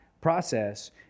process